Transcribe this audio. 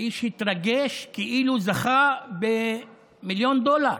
האיש התרגש כאילו זכה במיליון דולר.